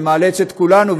ומאלץ את כולנו,